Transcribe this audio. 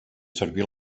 servir